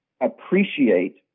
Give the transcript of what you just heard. appreciate